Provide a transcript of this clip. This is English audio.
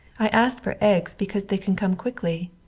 i asked for eggs because they can come quickly.